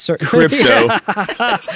Crypto